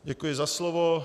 Děkuji za slovo.